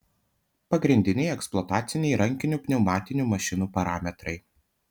pagrindiniai eksploataciniai rankinių pneumatinių mašinų parametrai